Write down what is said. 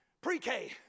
pre-K